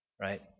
Right